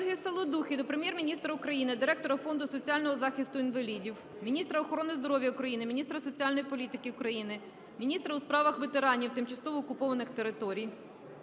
Ольги Саладухи до Прем'єр-міністра України, директора Фонду соціального захисту інвалідів, міністра охорони здоров'я України, міністра соціальної політики України, міністра у справах ветеранів, тимчасово окупованих територій